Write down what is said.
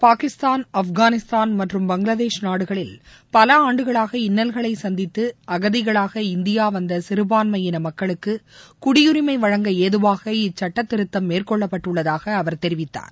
பாகிஸ்தான் ஆப்கானிஸ்தான் மற்றும் பங்களாதேஷ் நாடுகளில் பல ஆண்டுகளாக இன்னல்களை சந்தித்து அகதிகளாக இந்தியா வந்த சிறுபான்மையினர் மக்களுக்கு குடியுரிமை வழங்க ஏதுவாக இச்சுட்ட திருத்தம் மேற்கொள்ளப்பட்டுள்ளதாக அவர் தெரிவித்தார்